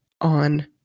on